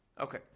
Okay